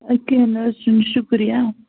کیٚنٛہہ نہَ حظ چھُنہٕ شُکریہِ